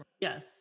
Yes